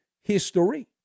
history